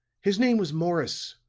his name was morris,